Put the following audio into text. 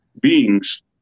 beings